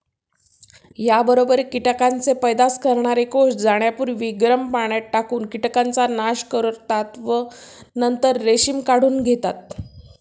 याबरोबर कीटकांचे पैदास करणारे कोष जाण्यापूर्वी गरम पाण्यात टाकून कीटकांचा नाश करतात व नंतर रेशीम काढून घेतात